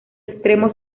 extremo